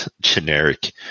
generic